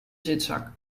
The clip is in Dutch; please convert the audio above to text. zitzak